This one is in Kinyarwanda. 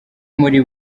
muri